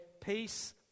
peace